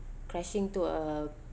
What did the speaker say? crashing to a